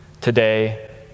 Today